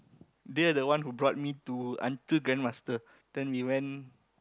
they are the one who brought me to until grandmaster then we ran